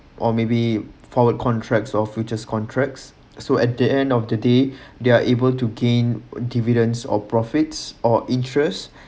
or maybe forward contracts or futures contracts so at the end of the day they're able to gain dividends or profits or interest